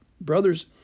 Brothers